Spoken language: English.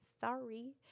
Sorry